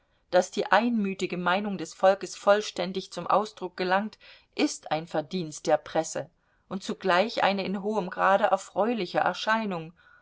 daß die einmütige meinung des volkes vollständig zum ausdruck gelangt ist ein verdienst der presse und zugleich eine in hohem grade erfreuliche erscheinung